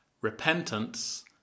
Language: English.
Repentance